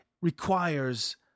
requires